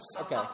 Okay